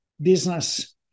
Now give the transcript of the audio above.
business